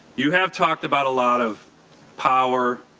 you have talked about a lot of power,